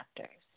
factors